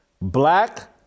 black